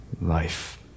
life